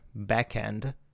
backend